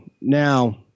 now